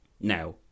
Now